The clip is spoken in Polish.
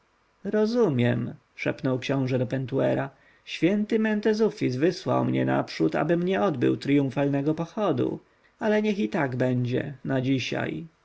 rozumiem szepnął książę do pentuera święty mentezufis wysłał mnie naprzód abym nie odbył triumfalnego pochodu ale niech i tak będzie na dzisiaj